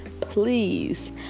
please